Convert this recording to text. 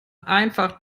einfach